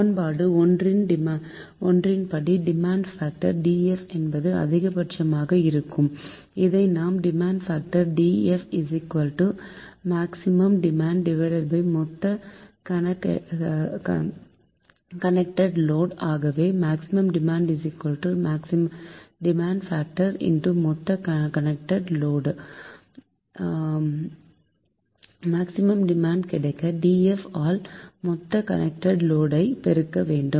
சமன்பாடு 1 ன் படி டிமாண்ட் பாக்டர் DF என்பது அதிகபட்சமாக இருக்கும் இதை நாம் demand factor DF maximum demand மொத்த கனெக்டட் லோடு ஆகவே மேக்சிமம் டிமாண்ட் டிமாண்ட் பாக்டர் மொத்த கனெக்டட் லோடு மேக்சிமம் டிமாண்ட் கிடைக்க DF ஆல் மொத்த கனெக்டட் லோடு ஐ பெருக்க வேண்டும்